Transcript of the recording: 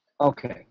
Okay